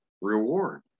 reward